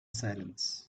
silence